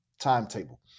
timetable